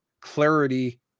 clarity